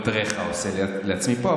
אני עושה לעצמי פה,